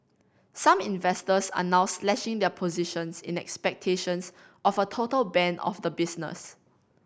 some investors are now slashing their positions in expectations of a total ban of the business